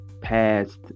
past